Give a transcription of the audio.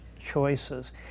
choices